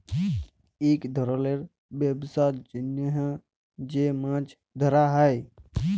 ইক ধরলের ব্যবসার জ্যনহ যে মাছ ধ্যরা হ্যয়